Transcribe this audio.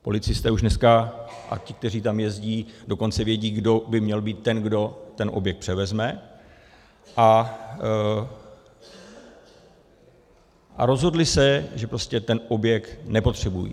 Policisté už dneska, a ti, kteří tam jezdí, dokonce vědí, kdo by měl být ten, kdo ten objekt převezme, a rozhodli se, že prostě ten objekt nepotřebují.